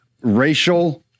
racial